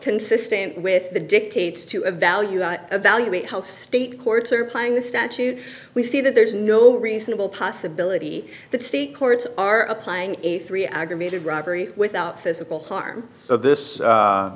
consistent with the dictates to a value evaluate how state courts are playing the statute we see that there's no reasonable possibility that state courts are applying a three aggravated robbery without physical harm so this